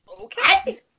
Okay